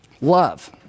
love